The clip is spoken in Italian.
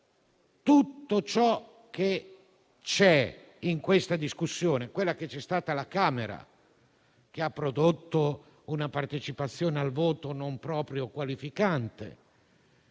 tutto ciò che c'è in questa discussione e in quella che c'è stata alla Camera dei deputati, che ha prodotto una partecipazione al voto non proprio qualificante,